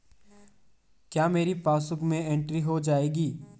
क्या मेरी पासबुक में एंट्री हो जाएगी?